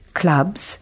clubs